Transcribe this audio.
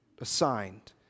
assigned